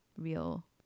real